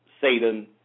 Satan